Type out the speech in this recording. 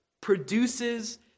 produces